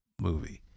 movie